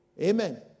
Amen